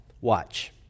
Watch